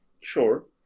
Sure